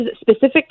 specific